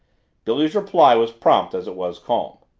billy's reply was prompt as it was calm.